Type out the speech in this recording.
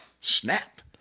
snap